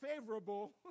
favorable